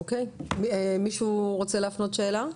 אוקיי, מישהו רוצה להפנות שאלה לנמרוד?